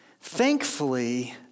Thankfully